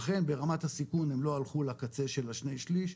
אכן ברמת הסיכון הם לא הלכו לקצה של השני שליש,